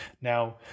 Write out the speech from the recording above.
Now